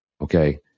Okay